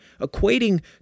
equating